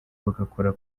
bagakora